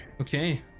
Okay